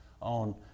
on